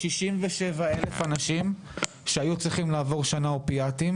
כ-67,000 אנשים שהיו צריכים לעבור שנה של אופיאטים,